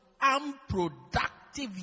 unproductive